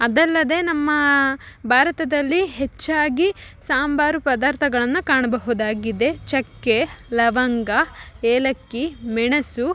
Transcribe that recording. ಅದಲ್ಲದೆ ನಮ್ಮ ಭಾರತದಲ್ಲಿ ಹೆಚ್ಚಾಗಿ ಸಾಂಬಾರು ಪದಾರ್ಥಗಳನ್ನು ಕಾಣಬಹುದಾಗಿದೆ ಚಕ್ಕೆ ಲವಂಗ ಏಲಕ್ಕಿ ಮೆಣಸು